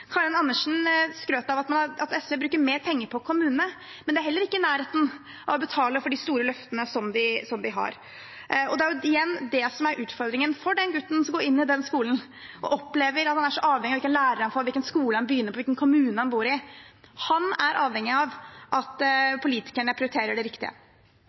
Karin Andersen skrøt av at SV bruker mer penger på kommunene, men det er heller ikke i nærheten av å betale for de store løftene som de har. Det er jo igjen det som er utfordringen for den gutten som går inn i skolen og opplever at han er så avhengig av hvilken lærer han får, hvilken skole han begynner på, hvilken kommune han bor i: Han er avhengig av at politikerne prioriterer det riktige.